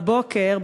בבוקר,